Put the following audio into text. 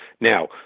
Now